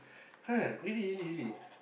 !huh! really really really